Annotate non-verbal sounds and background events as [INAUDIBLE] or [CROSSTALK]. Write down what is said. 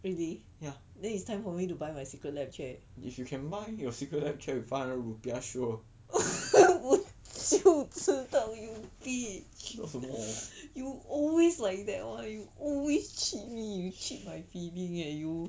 really then it's time for me to buy my Secret Lab chair [LAUGHS] 我就知道 you bitch you always like that [one] you always cheat me you cheat my feeling eh you